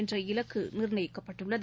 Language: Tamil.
என்ற இலக்கு நிர்ணயிக்கப்பட்டுள்ளது